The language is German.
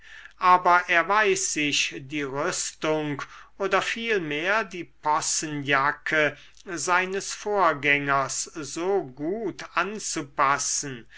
aber er weiß sich die rüstung oder vielmehr die possenjacke seines vorgängers so gut anzupassen